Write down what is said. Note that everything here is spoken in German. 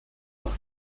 noch